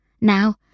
Now